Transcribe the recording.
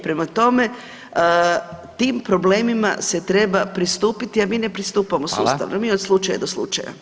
Prema tome, tim problemima se treba pristupiti, a ne pristupamo sustavno, mi od slučaja do slučaja.